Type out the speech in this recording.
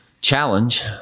challenge